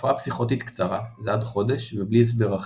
הפרעה פסיכוטית קצרה זה עד חודש ובלי הסבר אחר,